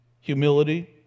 humility